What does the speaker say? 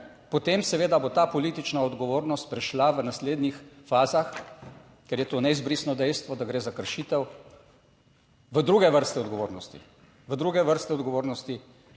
potem seveda bo ta politična odgovornost prešla v naslednjih fazah, ker je to neizbrisno dejstvo, da gre za kršitev v druge vrste odgovornosti, v druge vrste odgovornosti.